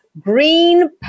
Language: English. green